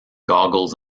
goggles